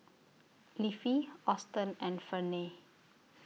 Leafy Auston and Ferne